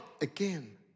again